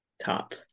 top